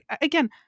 Again